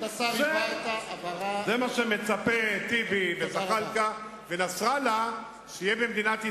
זה מה שמצפים טיבי וזחאלקה ונסראללה שיהיה במדינת ישראל.